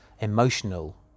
emotional